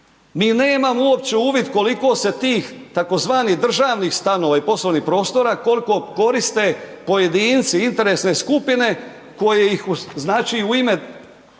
mi nemamo uopće uvid koliko se tih tzv. državnih stanova i poslovnih prostora, koliko koriste pojedinci, interesne skupine koje ih u ime,